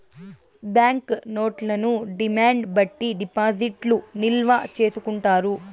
bank నోట్లను demand బట్టి డిపాజిట్లు నిల్వ చేసుకుంటారు